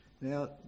Now